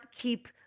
keep